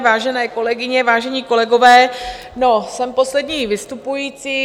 Vážené kolegyně, vážení kolegové, jsem poslední vystupující.